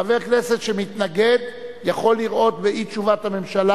חבר כנסת שמתנגד יכול לראות באי-תשובת הממשלה